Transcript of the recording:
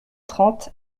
trente